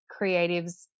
creatives